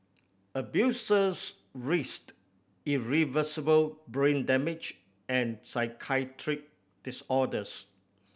abusers risked irreversible brain damage and psychiatric disorders